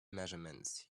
measurements